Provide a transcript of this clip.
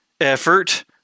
effort